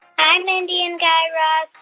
and mindy and guy raz.